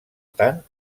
tant